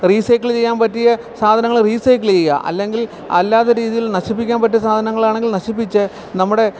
recycle ചെയ്യുക പറ്റിയ സാധനങ്ങള് റീസൈക്കിള് ചെയ്യുക അല്ലെങ്കിൽ അല്ലാത്ത രീതിയിൽ നശിപ്പിക്കാൻ പറ്റിയ സാധനങ്ങളാണെങ്കിൽ നശിപ്പിച്ച് നമ്മുടെ